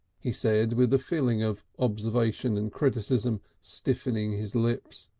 he said with the feeling of observation and criticism stiffening his lips.